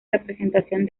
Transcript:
representación